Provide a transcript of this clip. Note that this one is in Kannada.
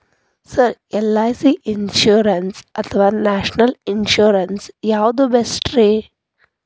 ಸರ್ ಎಲ್.ಐ.ಸಿ ಇನ್ಶೂರೆನ್ಸ್ ಅಥವಾ ನ್ಯಾಷನಲ್ ಇನ್ಶೂರೆನ್ಸ್ ಯಾವುದು ಬೆಸ್ಟ್ರಿ?